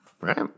Right